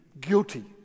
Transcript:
Guilty